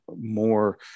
more